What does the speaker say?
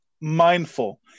mindful